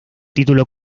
título